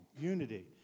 Unity